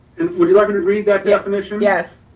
would you like me to read that definition? yes.